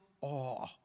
awe